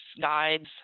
guides